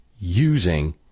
using